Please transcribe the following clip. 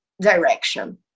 direction